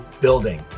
building